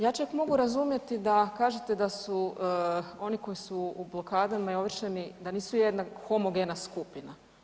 Ja čak mogu razumjeti da kažete da su oni koji su u blokadama i ovršeni, da nisu jedna homogena skupina.